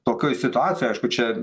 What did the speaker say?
tokioj situacijoj aišku čia